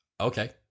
Okay